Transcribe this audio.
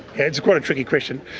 it's quite a tricky question.